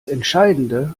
entscheidende